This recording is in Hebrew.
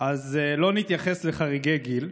אז לא נתייחס לחריגי גיל,